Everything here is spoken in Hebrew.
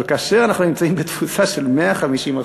אבל כאשר אנחנו נמצאים בתפוסה של 150%,